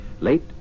late